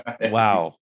Wow